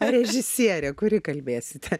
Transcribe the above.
ar režisierė kuri kalbėsite